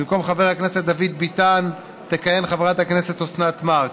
במקום חבר הכנסת דוד ביטן תכהן חברת הכנסת אוסנת מארק,